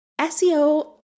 SEO